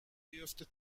بیفته